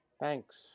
Thanks